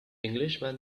englishman